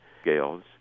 scales